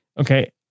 Okay